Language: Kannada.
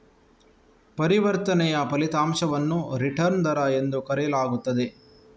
ಪರಿವರ್ತನೆಯ ಫಲಿತಾಂಶವನ್ನು ರಿಟರ್ನ್ ದರ ಎಂದು ಕರೆಯಲಾಗುತ್ತದೆ